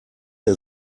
der